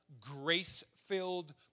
grace-filled